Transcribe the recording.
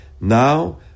Now